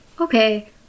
Okay